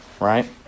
Right